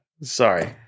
Sorry